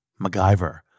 MacGyver